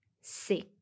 six